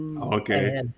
Okay